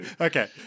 Okay